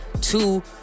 two